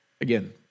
Again